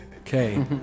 Okay